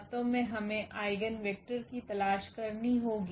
वास्तव में हमें आइगेन वेक्टर की तलाश करनी होगी